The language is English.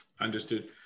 Understood